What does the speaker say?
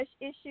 issue